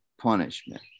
punishment